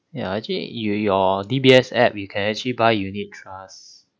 ya actually you your D_B_S app you can actually buy unit trusts